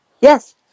yes